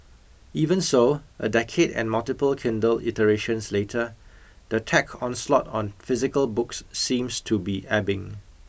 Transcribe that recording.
even so a decade and multiple Kindle iterations later the tech onslaught on physical books seems to be ebbing